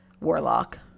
Warlock